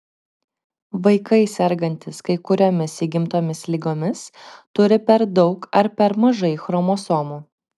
vaikai sergantys kai kuriomis įgimtomis ligomis turi per daug ar per mažai chromosomų